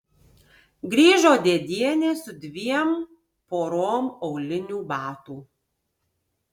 grįžo dėdienė su dviem porom aulinių batų